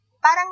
Parang